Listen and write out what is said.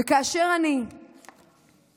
כאשר אני פותחת